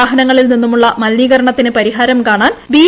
വാഹനങ്ങളിൽ നിന്നുമുള്ള മലിനീകരണത്തിന് പരിഹാരം കാണാൻ ബി